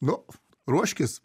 nu ruoškis